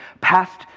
past